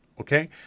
Okay